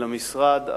למשרד,